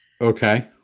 Okay